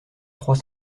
trois